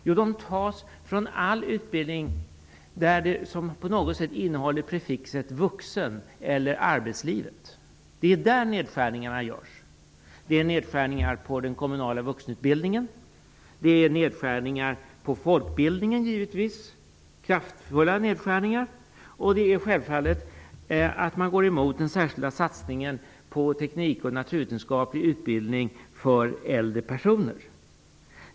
Jo, de tas från all utbildning som på något sätt innehåller prefixet vuxen eller arbetslivet. Det är där nedskärningarna görs. Det rör sig om nedskärningar av den kommunala vuxenutbildningen och givetvis om kraftfulla nedskärningar av folkbildningen. Man går självfallet emot den särskilda satsningen på teknisk och naturvetenskaplig utbildning för äldre personer.